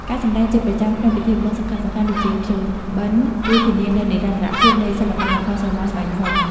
ការសម្តែងជាប្រចាំក្នុងពិធីបុណ្យសំខាន់ៗដូចជាភ្ជុំបិណ្ឌ ជួយធានានូវ និរន្តរភាព នៃសិល្បៈល្ខោនស្រមោលស្បែកធំ។